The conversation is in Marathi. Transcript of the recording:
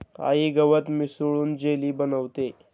आई गवत मिसळून जेली बनवतेय